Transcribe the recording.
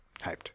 Hyped